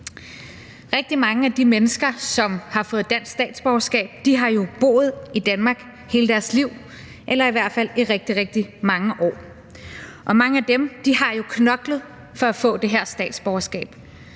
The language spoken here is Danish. Rigtig mange af de mennesker, som har fået dansk statsborgerskab, har jo boet i Danmark hele deres liv eller i hvert fald i rigtig, rigtig mange år, og mange af dem har jo knoklet for at få det her statsborgerskab.